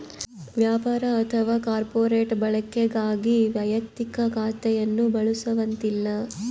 ವ್ಯಾಪಾರ ಅಥವಾ ಕಾರ್ಪೊರೇಟ್ ಬಳಕೆಗಾಗಿ ವೈಯಕ್ತಿಕ ಖಾತೆಯನ್ನು ಬಳಸುವಂತಿಲ್ಲ